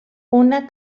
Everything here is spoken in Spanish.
una